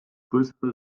größere